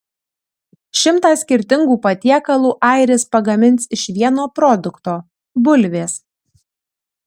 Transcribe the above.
šimtą skirtingų patiekalų airis pagamins iš vieno produkto bulvės